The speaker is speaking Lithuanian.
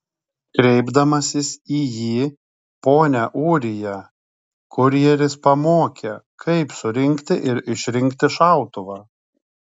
kreipdamasis į jį pone ūrija kurjeris pamokė kaip surinkti ir išrinkti šautuvą